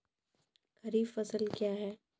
खरीफ फसल क्या हैं?